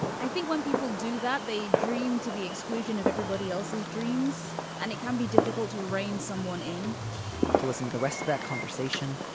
i think when people do that they dream to the exclusion of everybody else's dreams and it can be difficult to rein someone in to listen to the rest of that conversation.